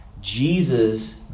Jesus